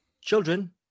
children